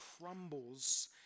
crumbles